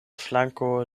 flanko